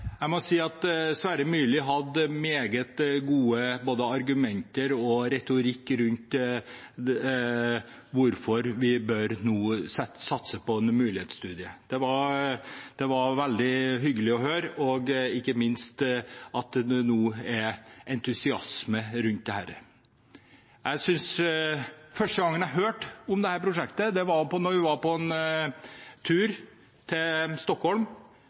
retorikk rundt hvorfor vi nå bør satse på en mulighetsstudie. Det var veldig hyggelig å høre – ikke minst at det nå er entusiasme rundt dette. Første gang jeg hørte om dette prosjektet, var da transportkomiteen var på en tur til Stockholm.